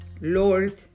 Lord